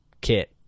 kit